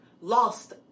lost